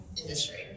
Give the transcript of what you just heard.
industry